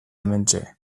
hementxe